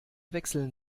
wechseln